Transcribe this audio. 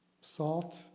Salt